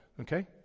okay